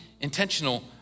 intentional